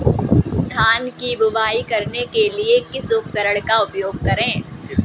धान की बुवाई करने के लिए किस उपकरण का उपयोग करें?